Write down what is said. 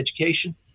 education